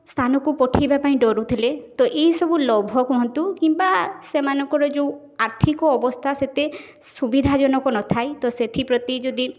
ସ୍ଥାନକୁ ପଠାଇବା ପାଇଁ ଡରୁଥିଲେ ତ ଏଇ ସବୁ ଲୋଭ କୁହନ୍ତୁ କିମ୍ବା ସେମାନଙ୍କର ଯେଉଁ ଆର୍ଥିକ ଅବସ୍ଥା ସେତେ ସୁବିଧା ଜନକ ନଥାଇ ତ ସେଥି ପ୍ରତି ଯଦି